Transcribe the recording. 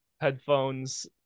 headphones